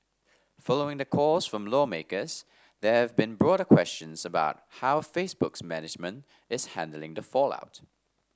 following the calls from lawmakers there have been broader questions about how Facebook's management is handling the fallout